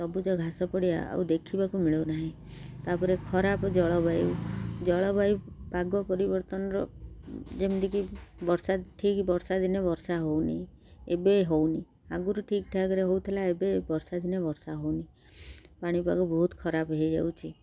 ସବୁଜ ଘାସ ପଡ଼ିଆ ଆଉ ଦେଖିବାକୁ ମିଳୁନାହିଁ ତା'ପରେ ଖରାପ ଜଳବାୟୁ ଜଳବାୟୁ ପାଗ ପରିବର୍ତ୍ତନର ଯେମିତିକି ବର୍ଷା ଠିକ୍ ବର୍ଷା ଦିନେ ବର୍ଷା ହେଉନି ଏବେ ହଉନି ଆଗରୁ ଠିକ୍ ଠାକ୍ରେ ହେଉଥିଲା ଏବେ ବର୍ଷା ଦିନେ ବର୍ଷା ହେଉନି ପାଣିପାଗ ବହୁତ ଖରାପ ହେଇଯାଉଛି